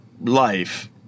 life